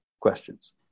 questions